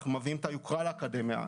אנחנו מביאים את היוקרה לאקדמיה.